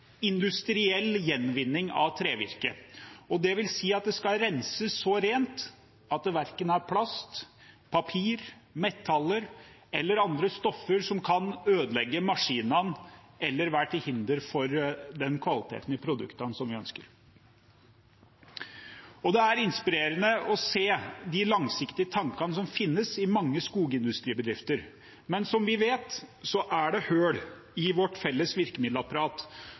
industriell gjenvinning av trevirke. Det vil si at det skal renses så rent at det verken er plast, papir, metaller eller andre stoffer som kan ødelegge maskinene eller være til hinder for kvaliteten vi ønsker på produktene. Det er inspirerende å se de langsiktige tankene som finnes i mange skogindustribedrifter, men som vi vet, er det hull i vårt felles virkemiddelapparat